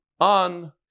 on